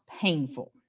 painful